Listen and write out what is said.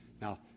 Now